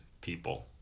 people